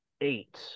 eight